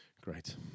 Great